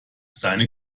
seine